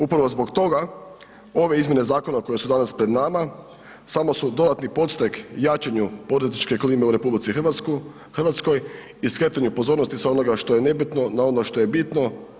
Upravo zbog toga ove izmjene zakona koje su danas pred nama samo su dodatni podstrek jačanju političke klime u RH i skretanju pozornosti s onoga što je nebitno na ono što je bitno.